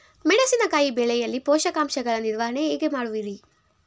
ಮೆಣಸಿನಕಾಯಿ ಬೆಳೆಯಲ್ಲಿ ಪೋಷಕಾಂಶಗಳ ನಿರ್ವಹಣೆ ಹೇಗೆ ಮಾಡುವಿರಿ?